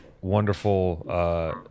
wonderful